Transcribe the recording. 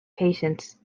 patience